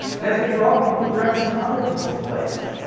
and as we grow up, we become directors in other people's plays.